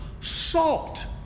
salt